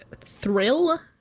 thrill